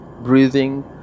breathing